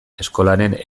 eskolaren